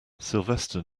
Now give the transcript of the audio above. sylvester